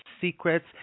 secrets